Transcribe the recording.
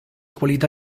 qualità